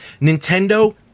Nintendo